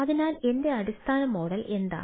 അതിനാൽ എന്റെ അടിസ്ഥാന മോഡൽ എന്താണ്